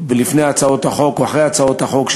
לפני הצעות החוק או אחרי הצעות החוק,